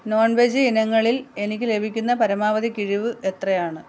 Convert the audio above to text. non veg ഇനങ്ങളിൽ എനിക്ക് ലഭിക്കുന്ന പരമാവധി കിഴിവ് എത്രയാണ്